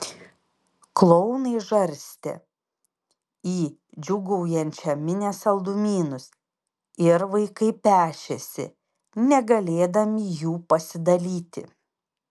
klounai žarstė į džiūgaujančią minią saldumynus ir vaikai pešėsi negalėdami jų pasidalyti